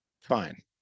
fine